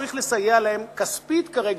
וצריך לסייע להם גם כספית כרגע,